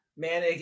Man